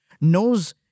knows